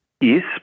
Yes